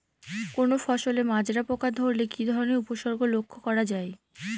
কোনো ফসলে মাজরা পোকা ধরলে কি ধরণের উপসর্গ লক্ষ্য করা যায়?